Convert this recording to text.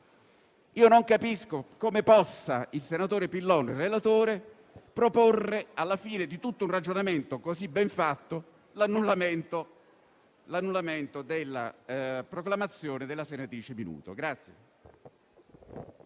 Non capisco come il relatore, senatore Pillon, possa proporre, alla fine di un ragionamento così ben fatto, l'annullamento della proclamazione della senatrice Minuto.